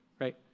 right